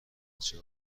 بچه